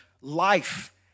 life